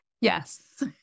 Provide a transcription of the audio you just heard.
Yes